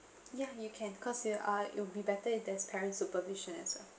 ya you can cause you uh it'll be better if there's parents supervision as well